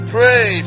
Pray